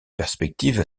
perspective